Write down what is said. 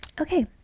okay